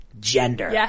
gender